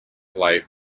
light